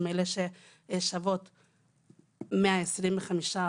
ששוות 125%,